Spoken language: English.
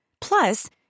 Plus